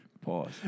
Pause